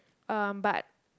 um but